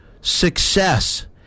Success